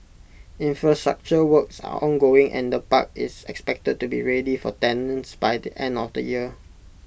infrastructure works are ongoing and the park is expected to be ready for tenants by the end of the year